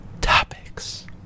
topics